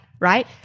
Right